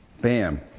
Bam